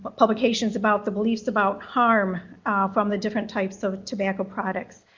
publications about the beliefs about harm from the different types of tobacco products.